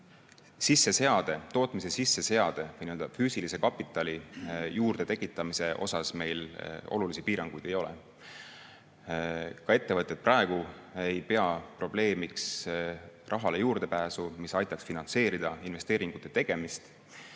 öelda, et tootmise sisseseade või füüsilise kapitali juurdetekitamisel meil olulisi piiranguid ei ole. Ka ettevõtted ei pea praegu probleemiks rahale juurdepääsu, mis aitaks finantseerida investeeringute tegemist.